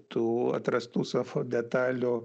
tų atrastų safo detalių